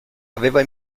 aveva